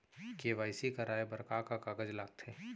KYC कराये बर का का कागज लागथे?